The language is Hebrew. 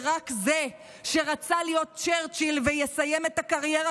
ורק זה שרצה להיות צ'רצ'יל ויסיים את הקריירה